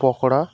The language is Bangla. পকোড়া